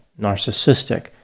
narcissistic